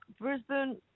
Brisbane